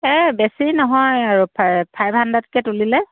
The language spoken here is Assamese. এই বেছি নহয় আৰু ফাই ফাইভ হাণ্ড্ৰেডকৈ তুলিলে